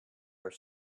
are